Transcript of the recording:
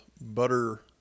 butter